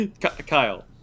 Kyle